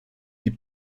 die